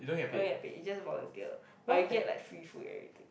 don't get paid it just volunteer but you get like free food everything